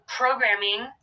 programming